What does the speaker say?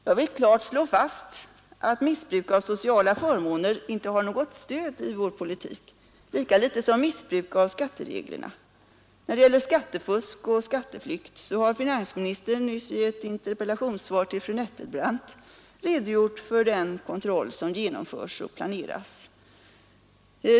Jag vill klart slå fast att missbruk av sociala förmåner inte har något stöd i vår politik lika litet som missbruk av skattereglerna. När det gäller skattefusk och skatteflykt har finansministern nyligen i ett interpellationssvar till fru Nettelbrandt redogjort för den kontroll som genomförs och planeras.